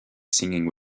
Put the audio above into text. singing